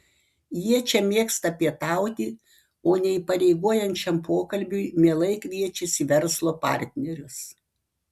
jie čia mėgsta pietauti o neįpareigojančiam pokalbiui mielai kviečiasi verslo partnerius